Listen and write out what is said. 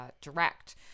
direct